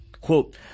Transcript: Quote